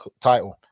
title